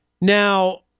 Now